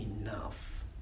enough